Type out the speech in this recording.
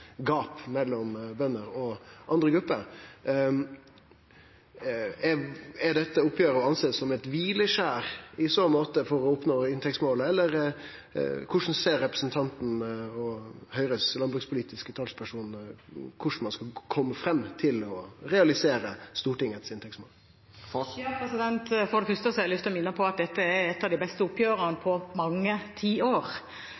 gap mellom bønder og andre grupper. Er dette oppgjeret å sjå på som eit kvileskjer for å oppnå inntektsmålet, eller korleis ser Høgres landbrukspolitiske talsperson på korleis ein skal realisere Stortingets inntektsmål? For det første har jeg lyst til å minne om at dette er et av de beste